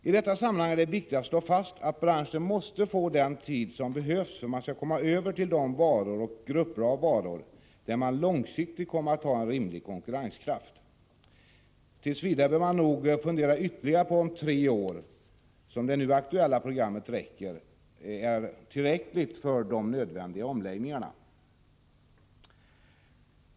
I detta sammanhang är det viktigt att slå fast att branschen måste få den tid som behövs för att man skall komma över till de varor och grupper av varor där man långsiktigt kommer att ha en rimlig konkurrenskraft. Tills vidare bör man nog fundera på om tre år, som det nu aktuella programmet omfattar, är tillräckligt för de nödvändiga omläggningarna.